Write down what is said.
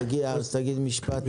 הוא הגיע, אז תגיד את המשפט.